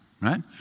right